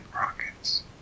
rockets